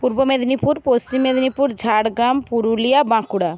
Purba Medinipur Paschim Medinipur Jhargram Purulia Bankura